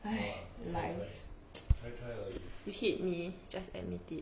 !haiya! lies you hit me just admit it